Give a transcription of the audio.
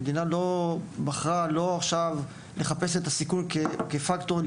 המדינה בחרה שלא לחפש את הסיכון כפקטור כדי